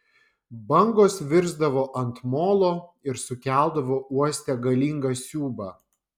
bangos virsdavo ant molo ir sukeldavo uoste galingą siūbą